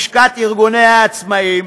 לשכת ארגוני העצמאים.